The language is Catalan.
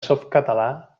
softcatalà